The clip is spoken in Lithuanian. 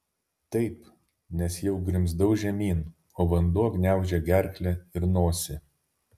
taip nes jau grimzdau žemyn o vanduo gniaužė gerklę ir nosį